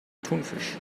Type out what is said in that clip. thunfisch